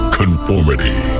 conformity